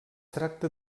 tracta